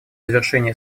завершения